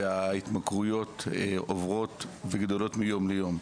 וההתמכרויות עוברות וגדלות מיום ליום.